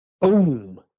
boom